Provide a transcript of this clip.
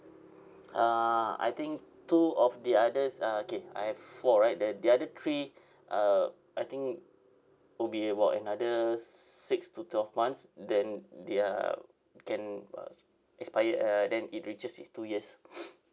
uh I think two of the others uh okay I have four right then the other three uh I think will be about another six to twelve months then their can uh expired uh then it reaches its two years